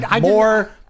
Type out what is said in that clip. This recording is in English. more